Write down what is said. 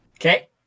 Okay